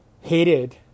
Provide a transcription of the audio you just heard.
hated